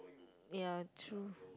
ya true